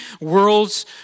world's